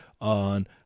on